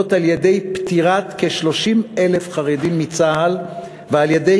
על-ידי פטירת כ-30,000 חרדים מצה"ל ועל-ידי